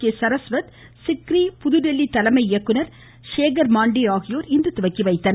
ளுயசயளறயவஇ சிக்ரி புதுதில்லி தலைமை இயக்குநர் சேகர் மாண்டே ஆகியோர் இன்று துவக்கி வைத்தனர்